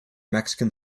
mexican